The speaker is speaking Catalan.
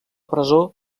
presó